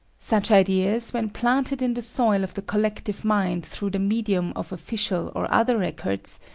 such ideas, when planted in the soil of the collective mind through the medium of official or other records,